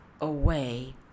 away